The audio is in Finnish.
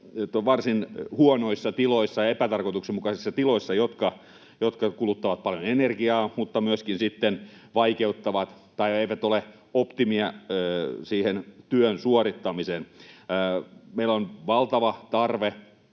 varsin huonoissa tiloissa, epätarkoituksenmukaisissa tiloissa, jotka kuluttavat paljon energiaa mutta myöskin vaikeuttavat tai eivät ole optimaalisia siihen työn suorittamiseen. Meillä on valtava tarve